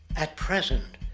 at present,